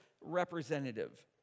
representative